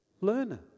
learner